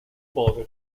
poveri